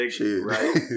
Right